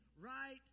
right